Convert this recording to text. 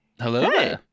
Hello